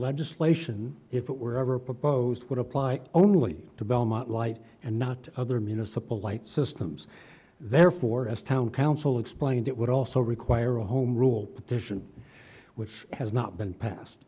legislation if it were ever proposed would apply only to belmont light and not other municipal light systems therefore as town council explained it would also require a home rule petition which has not been pas